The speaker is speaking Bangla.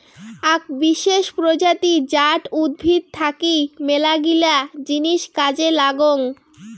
আক বিশেষ প্রজাতি জাট উদ্ভিদ থাকি মেলাগিলা জিনিস কাজে লাগং